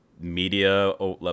media